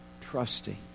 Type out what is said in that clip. trusting